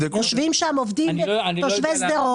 יושבים שם עובדים תושבי שדרות.